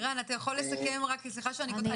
ערן, תסכם בבקשה.